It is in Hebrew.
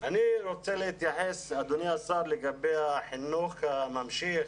אני רוצה להתייחס, אדוני השר, לחינוך הממשיך